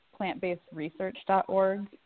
Plantbasedresearch.org